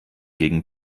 gegen